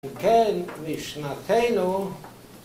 ‫אם כן, משנתנו...